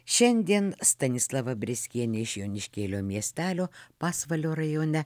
šiandien stanislava breskienė iš joniškėlio miestelio pasvalio rajone